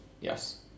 yes